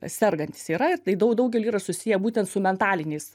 sergantys yra ir tai daug daugeliui yra susiję būtent su mentaliniais